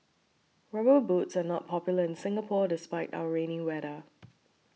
rubber boots are not popular in Singapore despite our rainy weather